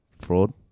fraud